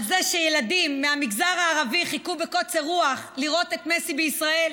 על זה שילדים מהמגזר הערבי חיכו בקוצר רוח לראות את מסי בישראל?